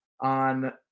on